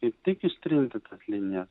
kaip tik ištrinti tas linijas